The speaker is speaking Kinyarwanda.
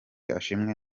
ashimwe